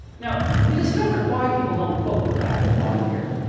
now, we discovered why people don't cook with half a wok, here.